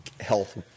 health